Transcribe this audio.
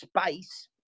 space